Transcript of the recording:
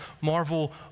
marvel